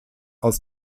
aus